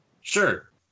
Sure